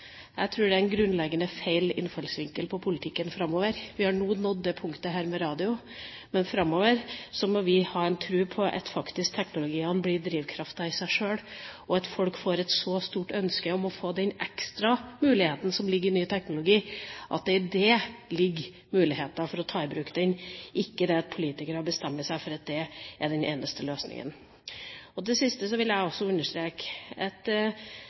Jeg tror det er en grunnleggende feil innfallsvinkel for politikken framover. Vi har nå nådd dette punktet med radio. Men framover må vi ha tro på at teknologiene faktisk blir drivkraften i seg sjøl – at folk får et så stort ønske om å få den ekstra muligheten som ligger i ny teknologi, og at det i det ligger muligheter for å ta den i bruk – ikke det at politikere bestemmer seg for at det er den eneste løsningen. Til sist vil jeg også understreke at